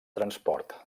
transport